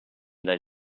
that